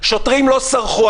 שוטרים לא סרחו,